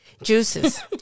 juices